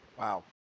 Wow